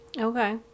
Okay